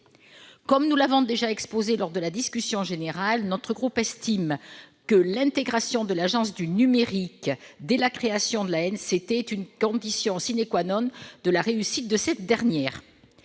Comme nous l'avons déjà exposé lors de la discussion générale, notre groupe estime que l'intégration de l'Agence du numérique, dès la création de l'ANCT, est une condition de la réussite de cette dernière.